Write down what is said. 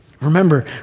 Remember